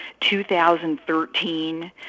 2013